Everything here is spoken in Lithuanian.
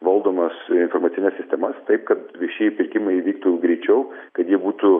valdomas informacines sistemas taip kad viešieji pirkimai įvyktų greičiau kad jie būtų